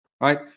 Right